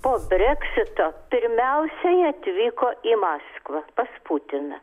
po breksito pirmiausiai atvyko į maskvą pas putiną